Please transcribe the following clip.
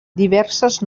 diverses